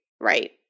Right